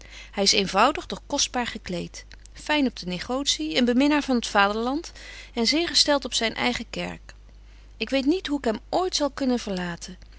hy s eenvoudig doch kostbaar gekleet fyn op de negotie een beminnaar van t vaderland en zeer gestelt op zyn eigen kerk ik weet niet hoe ik hem ooit zal kunnen verlaten